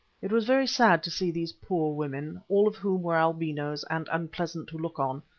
it was very sad to see these poor women, all of whom were albinos and unpleasant to look on,